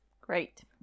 Great